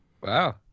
Wow